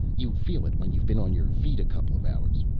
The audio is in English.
you feel it when you've been on your feet a couple of hours.